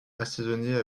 assaisonner